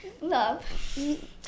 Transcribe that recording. love